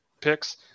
picks